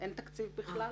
תקציב בכלל